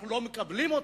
אנחנו לא מקבלים אותך,